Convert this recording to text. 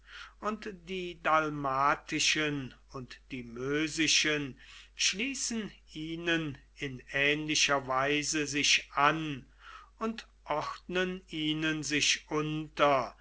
und die dalmatischen und die mösischen schließen ihnen in ähnlicher weise sich an und ordnen ihnen sich unter